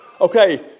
Okay